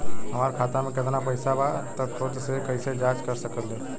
हमार खाता में केतना पइसा बा त खुद से कइसे जाँच कर सकी ले?